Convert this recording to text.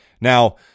Now